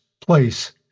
place